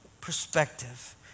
perspective